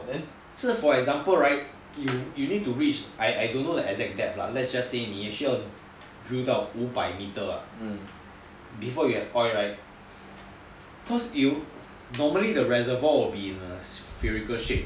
是 for example right you need to reach I don't know the exact depth lah but let's just say 你需要 drill 到五百 metre ah before you have oil right cause normally the reservoir will be spherical shape